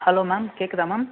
hello ma'am கேட்குதா ma'am